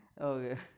Okay